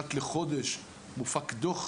אחת לחודש מופק דו"ח,